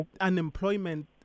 unemployment